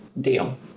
deal